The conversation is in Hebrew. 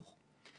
הערכה לך,